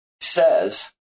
says